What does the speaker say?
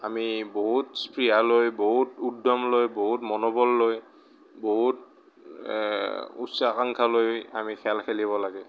আমি বহুত স্পৃহা লৈ বহুত উদ্যম লৈ বহুত মনোবল লৈ বহুত উচ্চাকাংক্ষা লৈ আমি খেল খেলিব লাগে